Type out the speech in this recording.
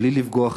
בלי לפגוע חלילה,